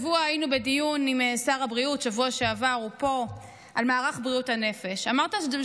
בשבוע שעבר היינו בדיון עם שר הבריאות,